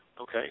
okay